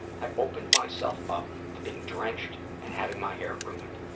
i opened myself up to being drenched and having my hair ruined.